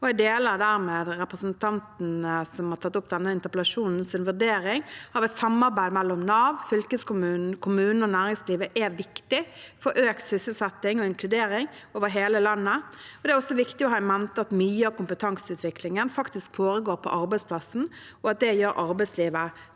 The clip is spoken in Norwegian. til representanten som har tatt opp denne interpellasjonen, av at et samarbeid mellom Nav, fylkeskommunen, kommunen og næringslivet er viktig for økt sysselsetting og inkludering over hele landet. Det er også viktig å ha i mente at mye av kompetanseutviklingen faktisk foregår på arbeidsplassen, og at det gjør arbeidslivet